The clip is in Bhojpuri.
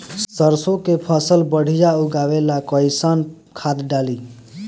सरसों के फसल बढ़िया उगावे ला कैसन खाद डाली?